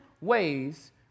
ways